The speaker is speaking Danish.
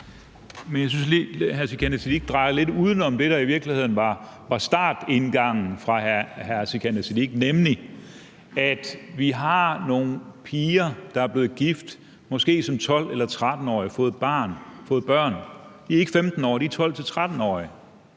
Men jeg synes, hr. Sikandar Siddique drejer lidt uden om det, der i virkeligheden var indgangen fra hr. Sikandar Siddiques side, nemlig at vi har nogle piger, der er blevet gift, måske som 12- eller 13-årige, har fået børn – de er ikke 15-årige, de er 12-13-årige,